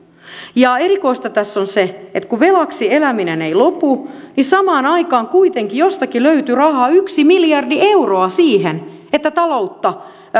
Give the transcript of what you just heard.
ja erikoista tässä on se että kun velaksi eläminen ei lopu niin samaan aikaan kuitenkin jostakin löytyi rahaa yksi miljardi euroa siihen että taloutta